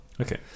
okay